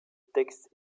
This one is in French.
texte